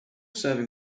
serving